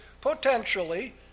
potentially